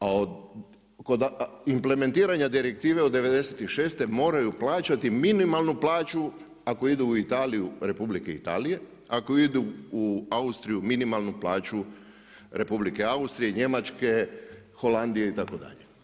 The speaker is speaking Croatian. A od implementiranja direktive od '96., moraju plaćati minimalnu plaću ako idu u Italiju, Republike Italije, ako idu u Austriju, minimalnu plaću Republike Austrije, Njemačke, Holandije itd.